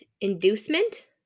Inducement